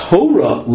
Torah